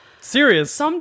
Serious